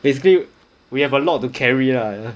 basically we have a lot to carry lah